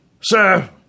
Sir